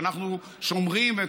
שאנחנו שומרים,